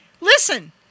Listen